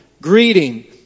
greeting